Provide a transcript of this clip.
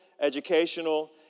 educational